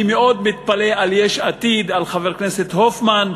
אני מאוד מתפלא על יש עתיד, על חבר הכנסת הופמן,